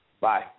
Bye